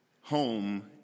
home